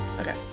Okay